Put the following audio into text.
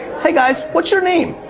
hey guys, what's your name?